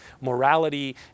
morality